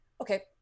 okay